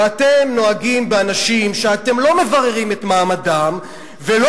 ואתם נוהגים באנשים שאתם לא מבררים את מעמדם ולא